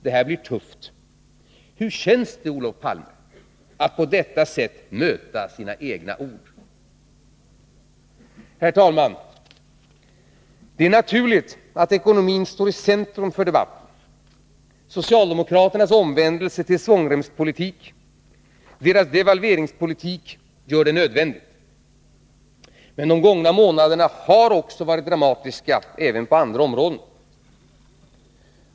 Det här blir tufft!” Hur känns det, Olof Palme, att på detta sätt möta sina egna ord? Herr talman! Det är naturligt att ekonomin står i centrum för debatten. Socialdemokraternas omvändelse till svångremspolitik, deras devalveringspolitik gör det nödvändigt. Men de gångna månaderna har varit dramatiska även på andra områden.